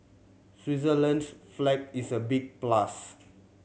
Switzerland's flag is a big plus